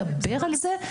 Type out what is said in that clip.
מדבר על זה,